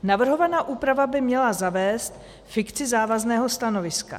Navrhovaná úprava by měla zavést fikci závazného stanoviska.